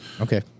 Okay